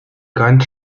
ganz